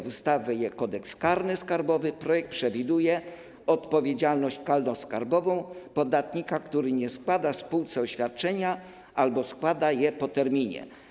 W ustawie - Kodeks karny skarbowy projekt przewiduje odpowiedzialność karnoskarbową podatnika, który nie składa spółce oświadczenia albo składa je po terminie.